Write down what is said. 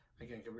again